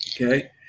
Okay